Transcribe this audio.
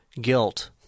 guilt